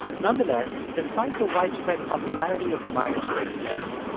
nonetheless, despite the widespread popularity of the myers-briggs test,